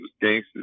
gangsters